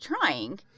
trying